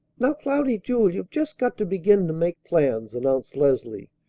now, cloudy jewel, you've just got to begin to make plans! announced leslie,